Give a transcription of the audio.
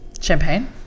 Champagne